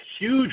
huge